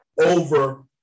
over